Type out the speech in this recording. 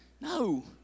No